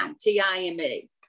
T-I-M-E